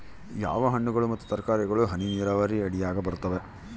ಯಾವ ಹಣ್ಣುಗಳು ಮತ್ತು ತರಕಾರಿಗಳು ಹನಿ ನೇರಾವರಿ ಅಡಿಯಾಗ ಬರುತ್ತವೆ?